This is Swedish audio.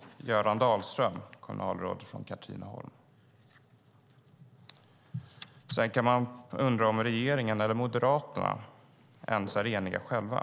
och Göran Dahlström, kommunalråd i Katrineholm, har i debattartiklar gått ut och sagt att situationen är ohållbar. Sedan kan man undra om regeringen eller Moderaterna ens själva är eniga.